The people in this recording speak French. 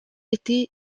été